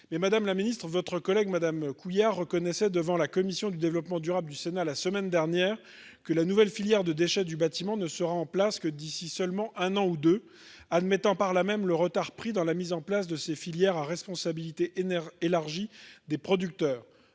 madame la ministre, votre collègue Mme Couillard reconnaissait devant la commission du développement durable du Sénat, la semaine dernière, que la nouvelle filière de déchets du bâtiment ne serait en place que d'ici à un an ou deux seulement, admettant, par là même, le retard pris dans la mise en place de ces filières à responsabilité élargie des producteurs.